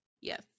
Yes